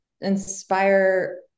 inspire